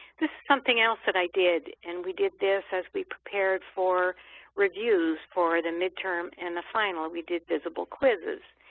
this is something else that i did and we did this as we prepared for reviews for the midterm and the final. we did visible quizzes.